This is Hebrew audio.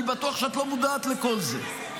אני בטוח שאת לא מודעת לכל זה,